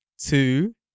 Two